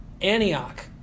Antioch